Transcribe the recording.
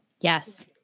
Yes